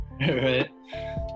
Right